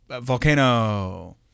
volcano